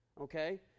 Okay